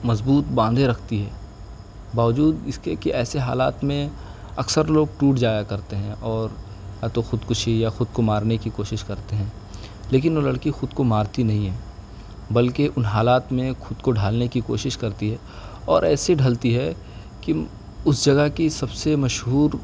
مضبوط باندھے رکھتی ہے باوجود اس کے کہ ایسے حالات میں اکثر لوگ ٹوٹ جایا کرتے ہیں اور یا تو خودکشی یا خود کو مارنے کی کوشش کرتے ہیں لیکن وہ لڑکی خود کو مارتی نہیں ہے بلکہ ان حالات میں خود کو ڈھالنے کی کوشش کرتی ہے اور ایسے ڈھلتی ہے کہ اس جگہ کی سب سے مشہور